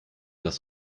das